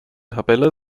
tabelle